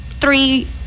three